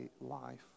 life